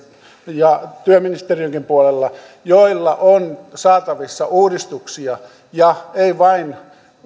ja työministeriönkin puolella joilla on saatavissa uudistuksia ja ei vain